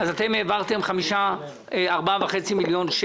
אמירה מקצועית.